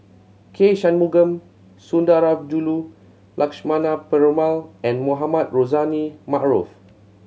K Shanmugam Sundarajulu Lakshmana Perumal and Mohamed Rozani Maarof